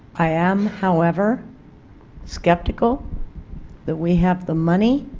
i am however skeptical that we have the money,